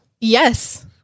Yes